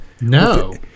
no